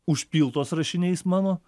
užpiltos rašiniais mano